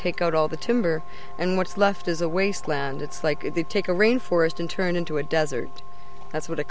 take out all the timber and what's left is a wasteland and it's like they take a rainforest and turn it into a desert that's what a